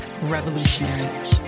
revolutionary